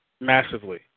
massively